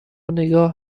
نگاه